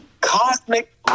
Cosmic